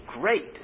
great